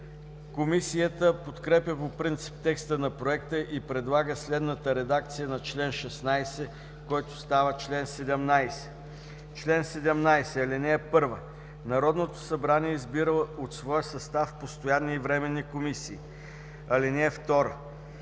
Комисията подкрепя по принцип текста на проекта и предлага следната редакция на чл. 16, който става чл. 17: „Чл. 17. (1) Народното събрание избира от своя състав постоянни и временни комисии. (2)